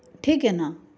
ठीक आहे ना